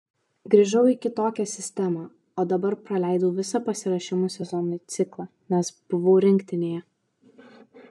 grįžau į kitokią sistemą o dar praleidau visą pasiruošimo sezonui ciklą nes buvau rinktinėje